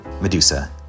Medusa